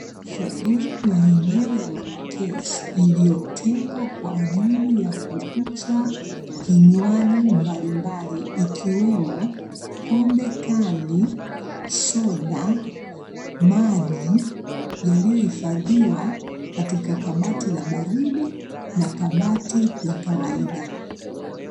Sehemu ya eneo ya mapokezi, iliyotengwa kwaajili ya kuuza vinywaji mbalimbali ikiwemo pombe kali, soda, maji, yaliyohifadhiwa katika kabati la baridi, na kabati la kawaida.